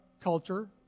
culture